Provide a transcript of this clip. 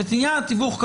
את עניין התיווך צריך,